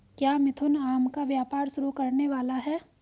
क्या मिथुन आम का व्यापार शुरू करने वाला है?